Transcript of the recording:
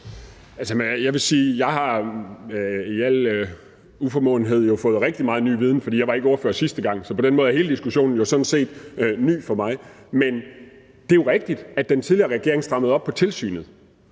jeg vil sige, at jeg i al min uformåenhed har fået rigtig meget ny viden, for jeg var ikke ordfører sidste gang. Så på den måde er hele diskussionen jo sådan set ny for mig. Det er jo rigtigt, at den tidligere regering strammede op på tilsynet,